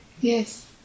Yes